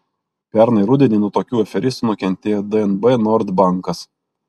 pernai rudenį nuo tokių aferistų nukentėjo dnb nord bankas